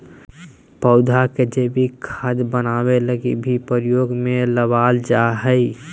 पौधा के जैविक खाद बनाबै लगी भी प्रयोग में लबाल जा हइ